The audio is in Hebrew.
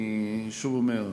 אני שוב אומר,